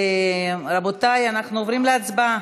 רבותי, אנחנו עוברים להצבעה.